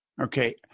Okay